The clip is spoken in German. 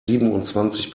siebenundzwanzig